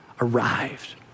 arrived